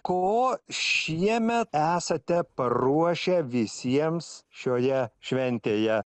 ko šiemet esate paruošę visiems šioje šventėje